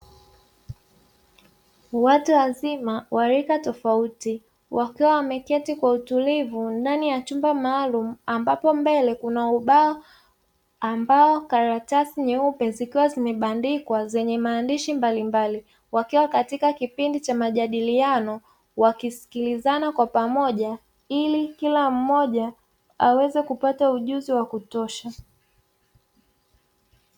Watu wazima wa rika tofauti wakiwa wameketi kwa utulivu ndani ya chumba maalumu, ambapo mbele kuna ubao ambao karatasi nyeupe zikiwa zimebandikwa zenye maandishi mbalimbali, wakiwa katika kipindi cha majadiliano wakisikilizana kwa pamoja ili kila mmoja aweze kupata ujuzi wa kutosha.